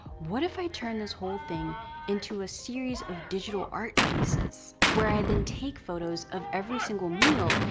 what if i turn this whole thing into a series of digital art pieces? where i then take photos of every single meal,